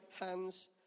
hands